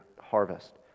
harvest